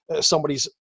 somebody's